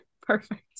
Perfect